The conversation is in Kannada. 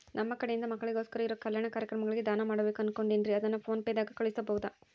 ನಮ್ಮ ಕಡೆಯಿಂದ ಮಕ್ಕಳಿಗೋಸ್ಕರ ಇರೋ ಕಲ್ಯಾಣ ಕಾರ್ಯಕ್ರಮಗಳಿಗೆ ದಾನ ಮಾಡಬೇಕು ಅನುಕೊಂಡಿನ್ರೇ ಅದನ್ನು ಪೋನ್ ಪೇ ದಾಗ ಕಳುಹಿಸಬಹುದಾ?